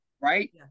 right